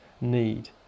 need